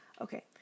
Okay